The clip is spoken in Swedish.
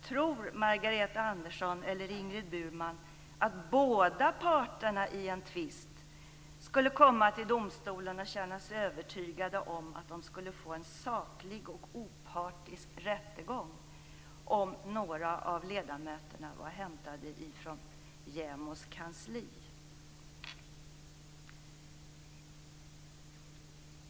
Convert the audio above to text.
Tror Margareta Andersson eller Ingrid Burman att båda parterna i en tvist skulle komma till domstolen och känna sig övertygade om att de skulle få en saklig och opartisk rättegång, om några av ledamöterna var hämtade ifrån JämO:s kansli?